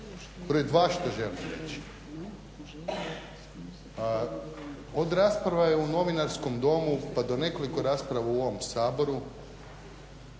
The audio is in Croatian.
od rasprava u Novinarskom domu pa do nekoliko rasprava u ovom Saboru